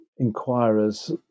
Inquirers